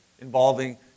involving